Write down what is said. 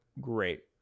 great